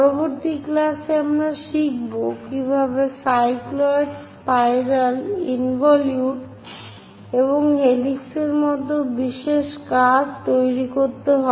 পরবর্তী ক্লাসে আমরা শিখব কিভাবে সাইক্লয়েড স্পাইরাল ইনভলিউট এবং হেলিক্সের মতো বিশেষ curve cycloids spirals involutes and helix তৈরি করতে হয়